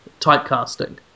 typecasting